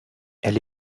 elle